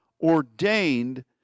ordained